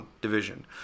division